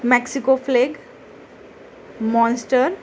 Mexico flex monster